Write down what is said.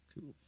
Cool